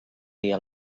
dia